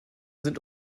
sind